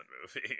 movie